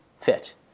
fit